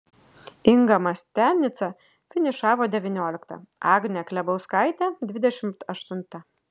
inga mastianica finišavo devyniolikta agnė klebauskaitė dvidešimt aštunta